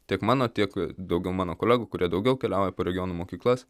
tiek mano tiek kad daugiau mano kolegų kurie daugiau keliauja po regionų mokyklas